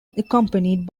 accompanied